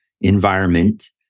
environment